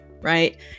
right